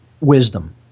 wisdom